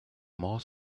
more